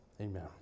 Amen